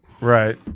Right